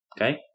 Okay